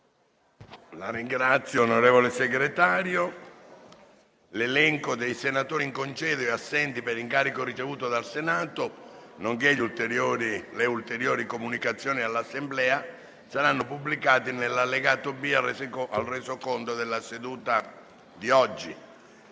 "Il link apre una nuova finestra"). L'elenco dei senatori in congedo e assenti per incarico ricevuto dal Senato, nonché ulteriori comunicazioni all'Assemblea saranno pubblicati nell'allegato B al Resoconto della seduta odierna.